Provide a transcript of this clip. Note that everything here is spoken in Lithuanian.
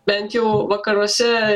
bent jau vakaruose